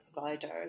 providers